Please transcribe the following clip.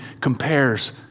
compares